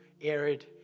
arid